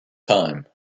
time